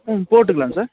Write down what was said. ம் போட்டுக்குலாம் சார்